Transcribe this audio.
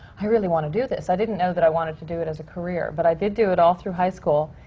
i really want to do this! i didn't know that i wanted to do it as a career, but i did do it all through high school.